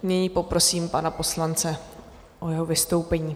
Nyní poprosím pana poslance o jeho vystoupení.